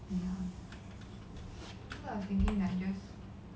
nine